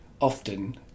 often